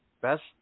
best